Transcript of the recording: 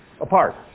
apart